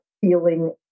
feeling